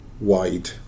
wide